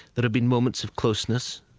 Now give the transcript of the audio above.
there have been moments of closeness,